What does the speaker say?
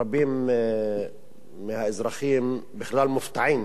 רבים מהאזרחים בכלל מופתעים